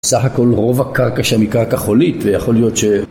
סך הכל רוב הקרקע שם היא קרקע חולית, ויכול להיות ש...